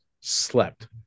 slept